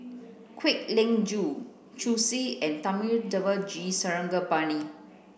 Kwek Leng Joo Zhu and Thami G Sarangapani